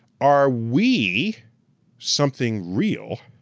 are we something real